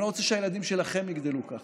אני לא רוצה שהילדים שלכם יגדלו ככה.